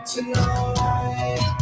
Tonight